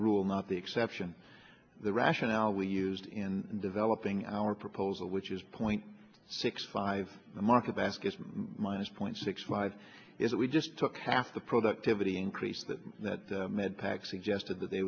rule not the exception the rationale we used in developing our proposal which is point six five the market basket minus point six five is that we just took half the productivity increase that that med pac suggested that they